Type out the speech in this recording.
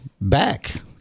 back